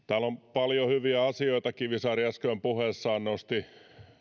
paljon hyviä asioita kivisaari äsken puheessaan nosti